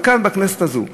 וכאן, בכנסת הזאת,